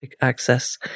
access